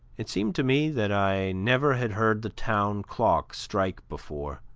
it seemed to me that i never had heard the town clock strike before,